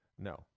No